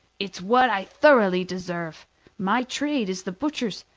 it's what i thoroughly deserve my trade is the butcher's,